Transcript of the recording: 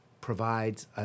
provides